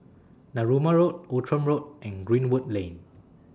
Narooma Road Outram Road and Greenwood Lane